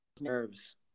nerves